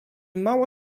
mało